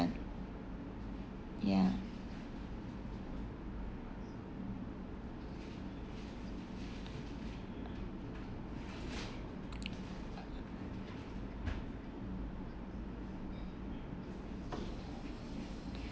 ya